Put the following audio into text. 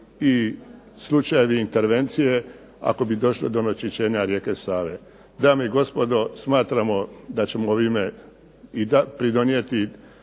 i slučajevi intervencije ako bi došlo do onečišćenja rijeke Save. Dame i gospodo, smatramo da ćemo ovime pridonijeti